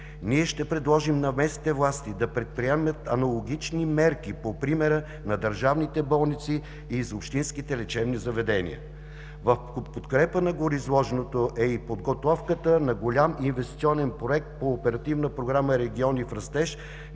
Ние ще предложим на местните власти да предприемат аналогични мерки по примера на държавните болници и за общинските лечебни заведения. В подкрепа на гореизложеното е и подготовката на голям инвестиционен проект по Оперативна програма „Региони в растеж“